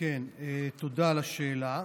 תודה על השאלה.